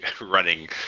running